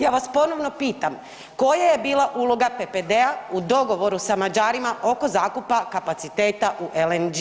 Ja vas ponovno pitam, koja je bila uloga PPD-a u dogovoru sa Mađarima oko zakupa kapaciteta u LNG-u?